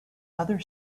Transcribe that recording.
other